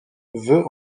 veut